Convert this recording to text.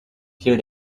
fiel